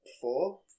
four